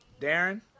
Darren